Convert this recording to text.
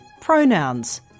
pronouns